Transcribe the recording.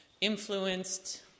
influenced